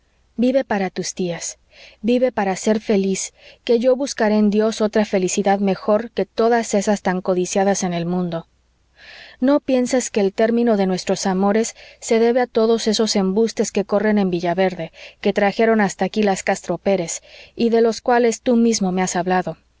vive para tus tías vive para ser feliz que yo buscaré en dios otra felicidad mejor que todas esas tan codiciadas en el mundo no pienses que el término de nuestros amores se debe a todos esos embustes que corren en villaverde que trajeron hasta aquí las castro pérez y de los cuales tú mismo me has hablado